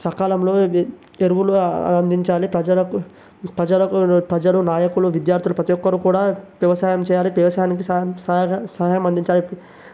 సకాలంలో ఎరువులు అందించాలి ప్రజలకు ప్రజలకు ప్రజలు నాయకులు విద్యార్థులు ప్రతి ఒక్కరు కూడా వ్యవసాయం చేయాలి దేశానికి సహాయం అందించాలి